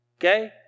Okay